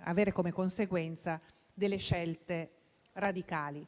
avere come conseguenza delle scelte radicali,